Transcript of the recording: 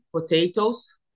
potatoes